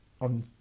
on